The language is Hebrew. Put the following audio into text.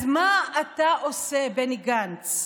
אז מה אתה עושה, בני גנץ,